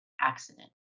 accident